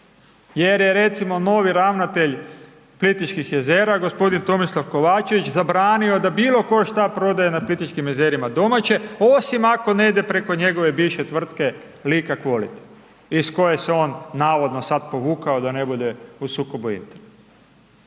jer je recimo novo ravnatelj Plitvičkih jezera g. Tomislav Kovačević zabranio da bilo tko šta prodaje na Plitvičkim jezerima domaće osim ako ne ide preko njegove bivše tvrtke Lika quality iz koje se on navodno sad povukao da ne bude u sukobu interesa.